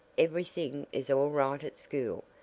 every thing is all right at school,